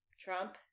Trump